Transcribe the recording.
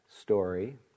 story